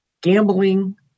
gambling